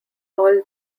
all